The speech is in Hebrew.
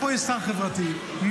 פה יש שר חברתי מאוד,